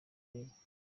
league